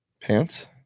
pants